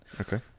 okay